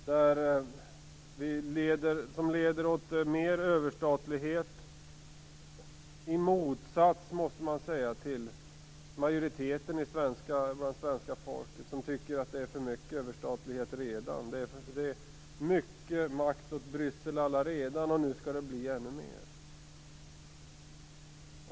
De leder mot mer överstatlighet, i motsats till vad majoriteten av svenska folket anser. Man tycker att det redan är för mycket överstatlighet. Det är allaredan mycket makt som har förts över till Bryssel, och nu skall det bli ännu mer.